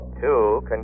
Two